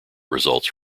results